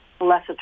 less